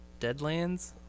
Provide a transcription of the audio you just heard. Deadlands